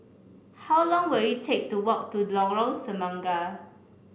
how long will it take to walk to Lorong Semangka